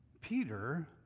peter